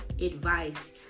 advice